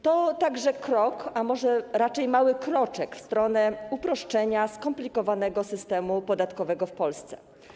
To także krok, a może raczej mały kroczek w stronę uproszczenia skomplikowanego systemu podatkowego w Polsce.